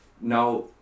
Now